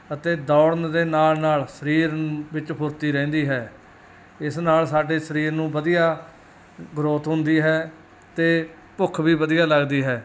ਅਤੇ ਦੌੜਨ ਦੇ ਨਾਲ ਨਾਲ ਸਰੀਰ ਵਿੱਚ ਫੁਰਤੀ ਰਹਿੰਦੀ ਹੈ ਇਸ ਨਾਲ ਸਾਡੇ ਸਰੀਰ ਨੂੰ ਵਧੀਆ ਗਰੋਥ ਹੁੰਦੀ ਹੈ ਅਤੇ ਭੁੱਖ ਵੀ ਵਧੀਆ ਲੱਗਦੀ ਹੈ